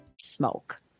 Smoke